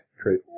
True